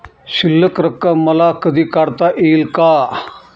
शिल्लक रक्कम मला कधी काढता येईल का?